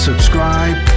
Subscribe